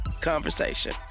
conversation